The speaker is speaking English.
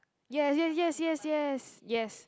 yes yes yes yes yes yes